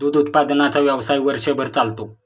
दूध उत्पादनाचा व्यवसाय वर्षभर चालतो